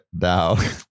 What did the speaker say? now